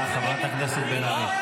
תודה, חברת הכנסת מירב.